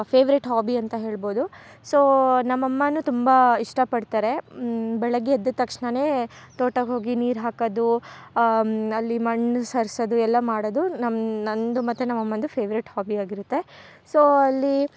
favourite hobby ಅಂತ ಹೇಳ್ಬೌದು so ನಮ್ಮ ಅಮ್ಮನೂ ತುಂಬ ಇಷ್ಟ ಪಡ್ತಾರೆ ಬೆಳಗ್ಗೆ ಎದ್ದ ತಕ್ಷಣನೇ ತೋಟ ಹೋಗಿ ನೀರು ಹಾಕೋದು ಅಲ್ಲಿ ಮಣ್ಣು ಸರ್ಸೋದು ಎಲ್ಲ ಮಾಡೋದು ನಮ್ಮ ನನ್ನದು ಮತ್ತು ನಮ್ಮ ಅಮ್ಮಂದು ಫೇವ್ರೆಟ್ ಹಾಬಿ ಆಗಿರುತ್ತೆ ಸೋ ಅಲ್ಲಿ